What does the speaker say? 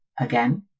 again